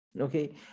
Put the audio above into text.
okay